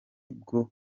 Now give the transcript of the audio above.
bwo